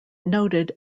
noted